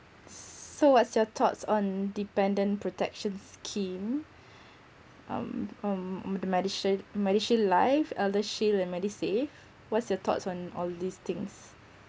so what's your thoughts on dependent protection scheme um um on the medisave medishield life eldershield and medisave what's your thoughts on all these things